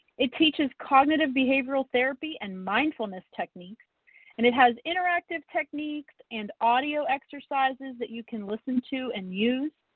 it teaches cognitive behavioral therapy and mindfulness techniques and it has interactive techniques and audio exercises that you can listen to and use.